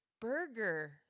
Burger